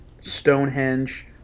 Stonehenge